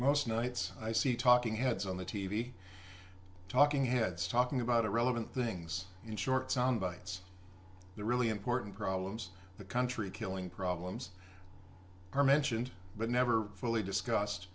most nights i see talking heads on the t v talking heads talking about irrelevant things in short soundbites the really important problems the country killing problems are mentioned but never fully discus